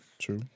true